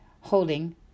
holding